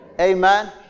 Amen